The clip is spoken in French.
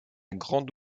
grande